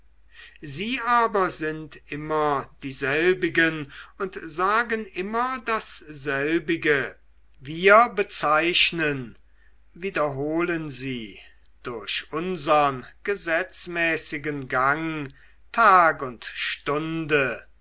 sie aber sind immer dieselbigen und sagen immer dasselbige wir bezeichnen wiederholen sie durch unsern gesetzmäßigen gang tag und stunde